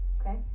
Okay